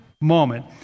moment